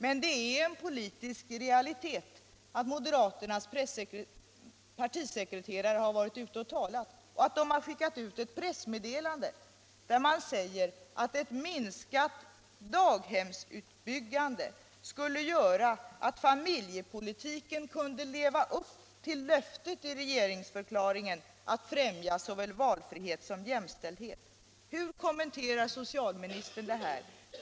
Men det är en politisk realitet att moderaternas partisekreterare har varit ute och talat och att man från samma parti har skickat ut ett pressmeddelande där man säger att ett minskat daghemsbyggande skulle göra att familjepolitiken kunde leva upp till löftet i regeringsförklaringen att främja såväl valfrihet som jämställdhet. Hur kommenterar socialministern det här?